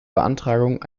beantragung